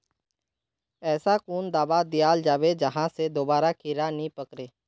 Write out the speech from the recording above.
ऐसा कुन दाबा दियाल जाबे जहा से दोबारा कीड़ा नी पकड़े?